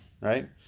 right